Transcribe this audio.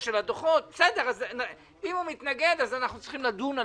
לדוחות; אם הוא מתנגד אז אנחנו צריכים לדון.